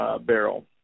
barrel